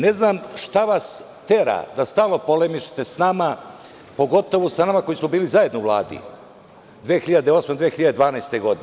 Ne znam šta vas tera da stalno polemišete s nama, pogotovo sa nama koji smo bili zajedno u Vladi, 2008. i 2012. godine?